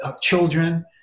children